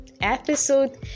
episode